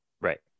Right